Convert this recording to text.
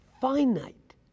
finite